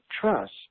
trust